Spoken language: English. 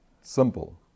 Simple